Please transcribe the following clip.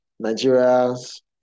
Nigeria's